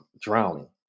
drowning